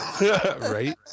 Right